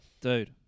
Dude